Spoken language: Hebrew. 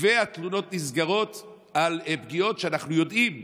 תלונות נסגרות על פגיעות שאנחנו יודעים עליהן.